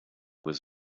was